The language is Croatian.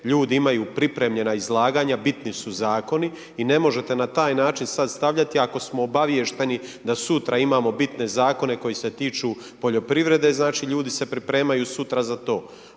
ljudi imaju pripremljena izlaganja, bitni su Zakoni i ne možete na taj način sad stavljati, ako smo obaviješteni da sutra imamo bitne Zakone koji se tiču poljoprivrede, znači ljudi se pripremaju sutra za to.